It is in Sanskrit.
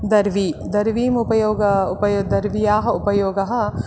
दर्वी दर्विम् उपयोग उप दर्व्याः उपयोगः